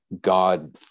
God